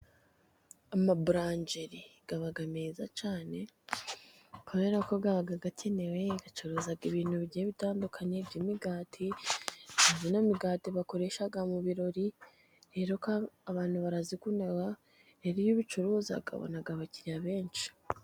Amaburangeri aba meza cyane, kubera ko aba akenewe, bacuruza ibintu bigiye bitandukanye by'imigati, nk'ino migati bakoresha mu birori, rero abantu barazikunda, rero iyo ubicuruza ubona abakiriya benshi.